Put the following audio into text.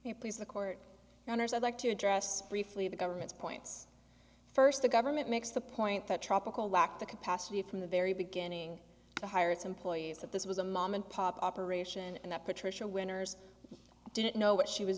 you please the court honors i'd like to address briefly the government's points first the government makes the point that tropical lack the capacity from the very beginning to hire its employees that this was a mom and pop operation and that patricia winners didn't know what she was